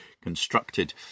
constructed